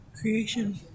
creation